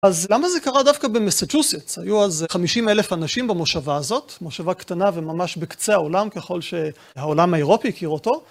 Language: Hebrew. אז למה זה קרה דווקא במסצ'וסטס? היו אז 50 אלף אנשים במושבה הזאת, מושבה קטנה וממש בקצה העולם ככל שהעולם האירופי הכיר אותו.